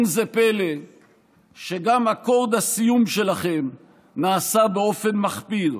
לא פלא שגם אקורד הסיום שלכם נעשה באופן מחפיר.